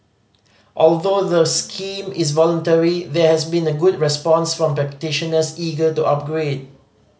although the scheme is voluntary there has been a good response from practitioners eager to upgrade